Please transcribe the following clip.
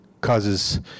causes